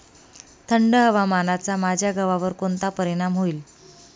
थंड हवामानाचा माझ्या गव्हावर कोणता परिणाम होईल?